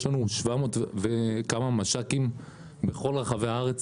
יש לנו 700 וכמה מש"קים בכל רחבי הארץ.